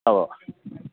ആ ഉവ്വ്